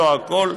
לא הכול,